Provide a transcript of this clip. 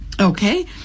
Okay